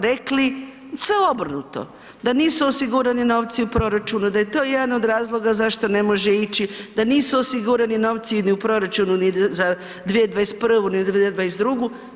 rekli sve obrnuto, da nisu osigurani novci u proračunu, da je to jedan od razloga zašto ne može ići, da nisu osigurani novci ni u proračunu ni za 2021., ni za 2022.